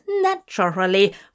naturally